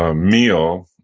ah meal,